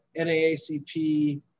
NAACP